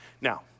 Now